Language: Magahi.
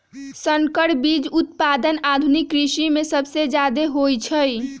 संकर बीज उत्पादन आधुनिक कृषि में सबसे जादे होई छई